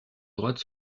droite